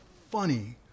funny